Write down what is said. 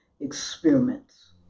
experiments